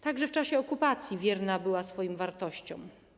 Także w czasie okupacji wierna była swoim wartościom.